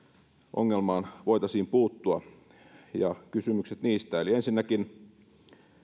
ongelmaan voitaisiin puuttua ja kysymykset niistä eli ensinnäkin